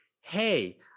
hey